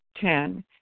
Ten